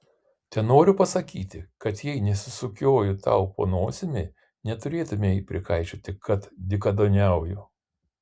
tenoriu pasakyti kad jei nesisukioju tau po nosimi neturėtumei prikaišioti kad dykaduoniauju